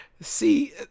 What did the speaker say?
See